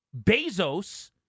Bezos